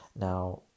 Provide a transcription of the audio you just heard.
Now